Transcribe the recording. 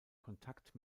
kontakt